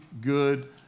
good